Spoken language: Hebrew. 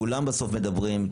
כולם בסוף מדברים,